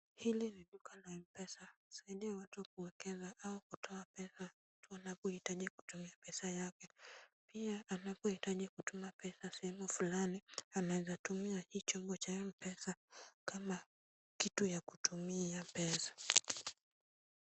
Hili ni duka la M-Pesa. Zaidi ya watu wa kuekeza au kutoa pesa wanapohitaji kutoa pesa yake. Pia anapohitaji kutuma pesa sehemu fulani, anaweza tumia hii chombo cha M-Pesa kama kitu ya kutumia pesa.